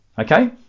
okay